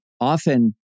often